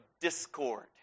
discord